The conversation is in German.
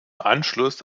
anschluss